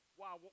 wow